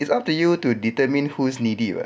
it's up to you to determine who's needy [what]